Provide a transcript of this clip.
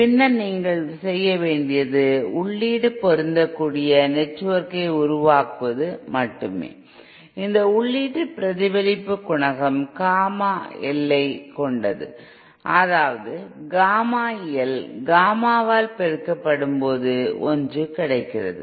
பின்னர் நீங்கள் செய்ய வேண்டியது உள்ளீட்டு பொருந்தக்கூடிய நெட்வொர்க்கை உருவாக்குவது மட்டுமே இது உள்ளீட்டு பிரதிபலிப்பு குணகம் காமா L ஐ கொண்டது அதாவது காமா L காமாவால் பெருக்கப்படும்போது 1 கிடைக்கிறது